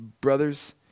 brothers